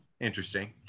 interesting